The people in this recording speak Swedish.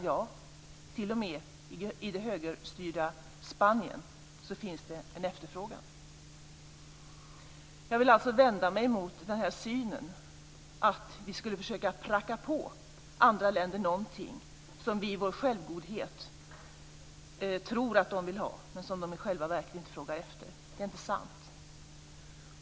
Ja, t.o.m. i det högerstyrda Spanien finns det en efterfrågan. Jag vill alltså vända mig mot synen att vi skulle försöka pracka på andra länder någonting som vi i vår självgodhet tror att de vill ha men som de i själva verket inte frågar efter. Det är inte sant.